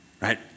Right